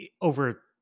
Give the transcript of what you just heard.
over